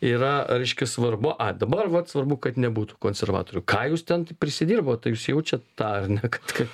yra reiškia svarbu a dabar vat svarbu kad nebūtų konservatorių ką jūs ten t prisidirbot a jūs jaučiat tą ar ne kad ka